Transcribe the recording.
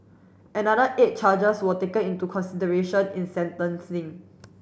another eight charges were taken into consideration in sentencing